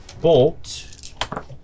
Bolt